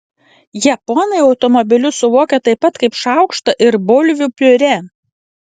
japonai automobilius suvokia taip pat kaip šaukštą ir bulvių piurė